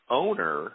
owner